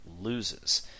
Loses